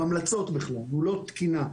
הוא לא תקינה.